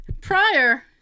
prior